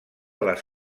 les